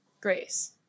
grace